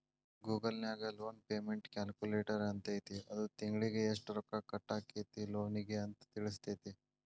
Google ನ್ಯಾಗ loan payment calculator ಅಂತೈತಿ ಅದು ತಿಂಗ್ಳಿಗೆ ಯೆಷ್ಟ್ ರೊಕ್ಕಾ ಕಟ್ಟಾಕ್ಕೇತಿ ಲೋನಿಗೆ ಅಂತ್ ತಿಳ್ಸ್ತೆತಿ